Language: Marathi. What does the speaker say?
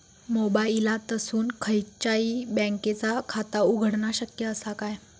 मोबाईलातसून खयच्याई बँकेचा खाता उघडणा शक्य असा काय?